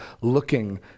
looking